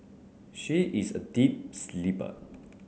she is a deep sleeper